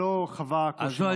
לא חווה כזו,